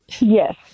Yes